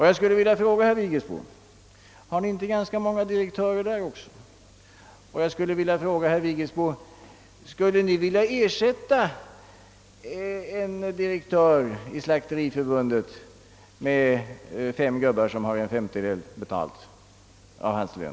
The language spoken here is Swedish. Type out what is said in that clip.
Jag skulle vilja fråga herr Vigelsbo: Har inte ni också ganska många direktörer, och skulle ni vilja ersätta en direktör i Slakteriförbundet med fem gubbar av vilka var och en har en femtedel av hans lön?